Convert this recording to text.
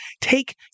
take